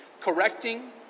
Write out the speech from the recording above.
correcting